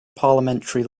parliamentary